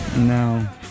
No